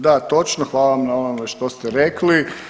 Da, točno, hvala vam na ovome što ste rekli.